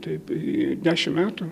taip dešimt metų